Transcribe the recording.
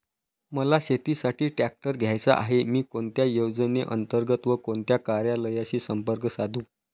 मला शेतीसाठी ट्रॅक्टर घ्यायचा आहे, मी कोणत्या योजने अंतर्गत व कोणत्या कार्यालयाशी संपर्क साधू?